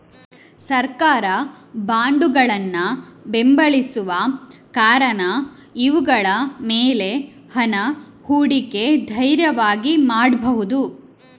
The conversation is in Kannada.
ಸರ್ಕಾರ ಬಾಂಡುಗಳನ್ನ ಬೆಂಬಲಿಸುವ ಕಾರಣ ಇವುಗಳ ಮೇಲೆ ಹಣ ಹೂಡಿಕೆ ಧೈರ್ಯವಾಗಿ ಮಾಡ್ಬಹುದು